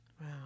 Wow